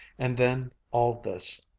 and then all this,